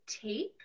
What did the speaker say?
tape